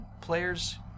players